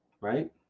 right